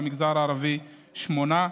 ובמגזר הערבי 8,